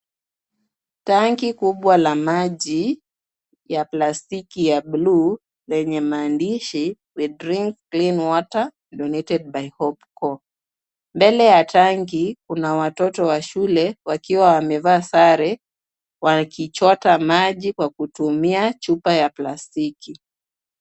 Tangi kubwa la maji ya plastiki ya blue lenye maandishi we drink clean water donated by hope core . Mbele ya tangi kuna watoto wa shule wakiwa wamevaa sare wakichota maji kwa kutumia chupa ya plastiki.